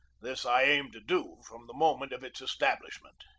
this i aimed to do from the moment of its establishment.